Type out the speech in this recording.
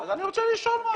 אני רוצה לשאול על השופטים.